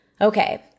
Okay